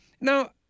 Now